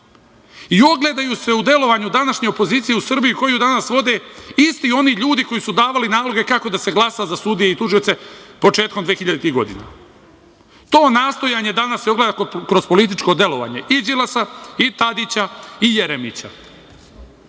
i ogledaju se u delovanju današnje opozicije u Srbiji koju danas vode isti oni ljudi koji su davali naloge kako da se glasa za sudije i tužioce početkom dvehiljaditih godina. To nastojanje danas se ogleda kroz političko delovanje i Đilasa i Tadića i Jeremića.